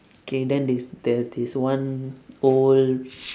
K then this there is this one old